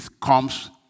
comes